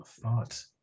thought